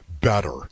better